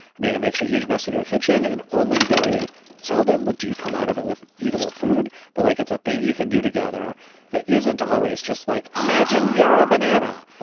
i mean, it makes a huge mess of your kitchen and only very seldom with do you come out of it with edible food. but like it's a thing you can do together that isn't always just like, imagine you're a banana.